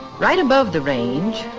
right above the range.